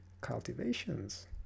cultivations